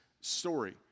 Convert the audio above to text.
story